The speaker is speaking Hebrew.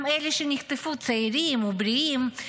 גם אלה שנחטפו צעירים ובריאים,